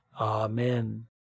Amen